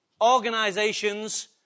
organisations